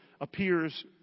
appears